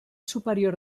superior